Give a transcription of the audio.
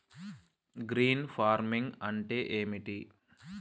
Green farming అంటే ఏమిటి?